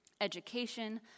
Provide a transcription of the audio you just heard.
education